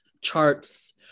charts